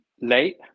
late